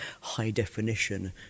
high-definition